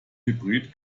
hybrid